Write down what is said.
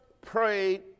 prayed